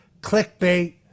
clickbait